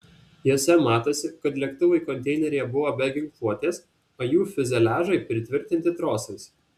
jose matosi kad lėktuvai konteineryje buvo be ginkluotės o jų fiuzeliažai pritvirtinti trosais